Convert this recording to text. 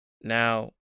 Now